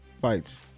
fights